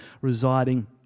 residing